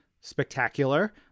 spectacular